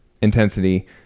intensity